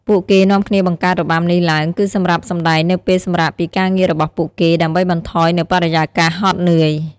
ពួកគេនាំគ្នាបង្កើតរបាំនេះឡើងគឺសម្រាប់សម្ដែងនៅពេលសម្រាកពីការងាររបស់ពួកគេ ដើម្បីបន្ថយនៅបរិយាកាសហត់នឿយ។